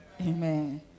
Amen